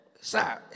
Sir